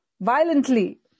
violently